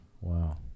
Wow